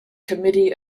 committee